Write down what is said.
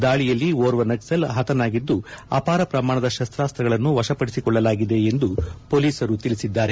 ದಾಳಿಯಲ್ಲಿ ಓರ್ವ ನಕ್ಸಲ್ ಮೃತಪಟ್ಟಿದ್ದು ಅಪಾರ ಪ್ರಮಾಣದ ಶಸ್ತಸ್ತಾಗಳನ್ನು ವಶಪಡಿಸಿಕೊಳ್ಳಲಾಗಿದೆ ಎಂದು ಪೊಲೀಸರು ತಿಳಿಸಿದ್ದಾರೆ